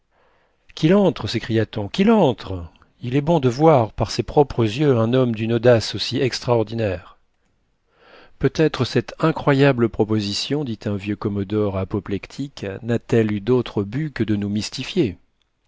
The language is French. qu'il entre s'écria-t-on qu'il entre il est bon de voir par ses propres yeux un homme d'une audace aussi extraordinaire peut-être cette incroyable proposition dit un vieux commodore apoplectique n'a-t-elle eu d'autre but que de nous mystifier